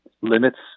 limits